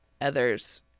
others